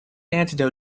antidote